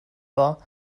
war